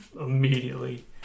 immediately